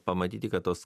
pamatyti kad tos